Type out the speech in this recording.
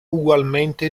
ugualmente